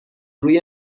روی